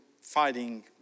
fighting